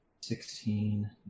Sixteen